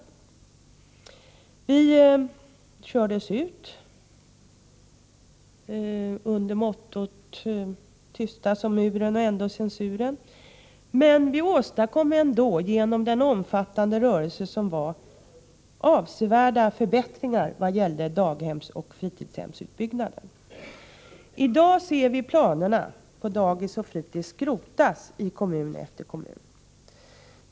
Vi kördes ut under mottot ”Tysta som muren — ändå censuren”, men vi åstadkom ändå genom den omfattande rörelsen avsevärda förbättringar i vad gällde daghemsoch fritidshemsutbyggnaden. I dag ser vi planerna på dagis och fritids skrotas i kommun efter kommun.